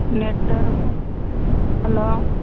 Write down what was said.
network hello